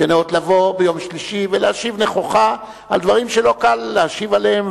שניאות להגיע ביום שלישי ולהשיב נכוחה על דברים שלא קל להשיב עליהם.